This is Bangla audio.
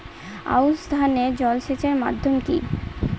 আউশ ধান এ জলসেচের মাধ্যম কি?